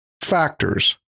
factors